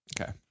Okay